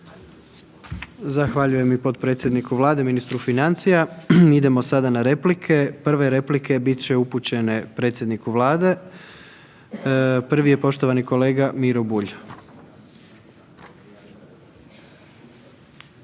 Zahvaljujem i potpredsjedniku Vlade, ministru financija. Idemo sada na replike, prve replike bit će upućene predsjedniku Vlade, prvi je poštovani kolega Miro Bulj.